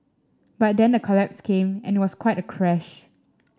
but then the collapse came and it was quite a crash